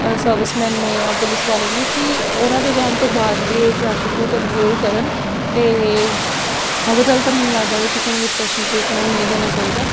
serviceman ਨੇ ਜਾਂ police ਵਾਲੇ ਨੇ ਕਿ ਉਹਨਾਂ ਦੇ ਜਾਣ ਤੋਂ ਬਾਅਦ ਵੀ ਉਹ ਟ੍ਰੈਫਿਕ ਨੂੰ ਕੰਟਰੋਲ ਕਰਨ ਤੇ ਅਵਲਦਲ ਤਾਂ ਮੈਨੂੰ ਲੱਗਦਾ ਵੀ ਕਿਸੇ ਨੂੰ ਵੀ ਸਪੈਸ਼ਲ ਟ੍ਰੀਟਮੈਂਟ ਨਹੀਂ ਦੇਣਾ ਚਾਹੀਦਾ